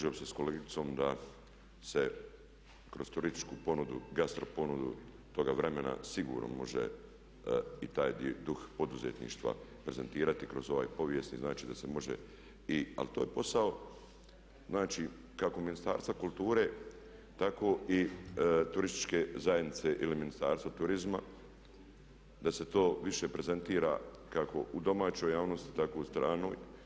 Evo slažem se sa kolegicom da se kroz turističku ponudu, gastro ponudu toga vremena sigurno može i taj duh poduzetništva prezentirati kroz ovaj povijesni, znači da se može i. Ali to je posao, znači kako Ministarstva kulture tako i turističke zajednice ili Ministarstva turizma da se to više prezentira kako u domaćoj javnosti tako i u stranoj.